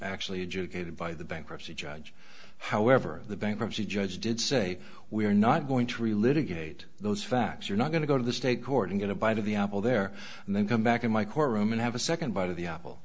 educated by the bankruptcy judge however the bankruptcy judge did say we're not going to re litigate those facts you're not going to go to the state court and get a bite of the apple there and then come back in my courtroom and have a second bite of the apple